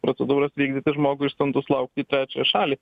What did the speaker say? procedūras vykdyti žmogų išsiuntus laukti į trečiąją šalį